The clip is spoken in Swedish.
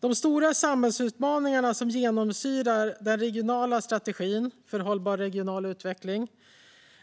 De stora samhällsutmaningar som genomsyrar den regionala strategin för hållbar regional utveckling